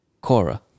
Cora